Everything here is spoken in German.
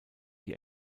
die